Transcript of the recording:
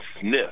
sniff